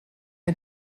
ein